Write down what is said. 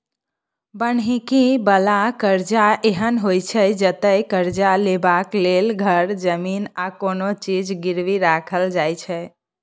बन्हकी बला करजा एहन होइ छै जतय करजा लेबाक लेल घर, जमीन आ कोनो चीज गिरबी राखल जाइ छै